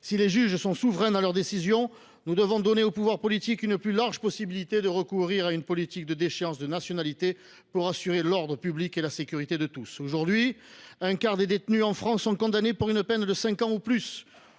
Si les juges sont souverains dans leurs décisions, nous devons tout de même élargir la possibilité donnée au pouvoir politique de recourir à une politique de déchéance de nationalité, pour assurer l’ordre public et la sécurité de tous. Aujourd’hui, un quart des détenus en France sont condamnés pour une peine de cinq ans ou plus.